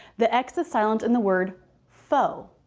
the x is silent in the word faux. so